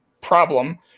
problem